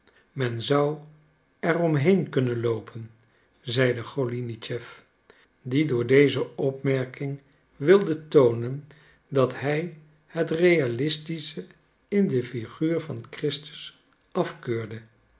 men zou er om heen kunnen loopen zeide golinitschef die door deze opmerking wilde toonen dat hij het realistische in de figuur van christus afkeurde